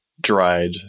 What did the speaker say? dried